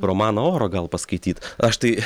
romano oro gal paskaityt aš tai